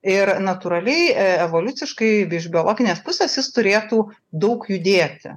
ir natūraliai evoliuciškai iš biologinės pusės jis turėtų daug judėti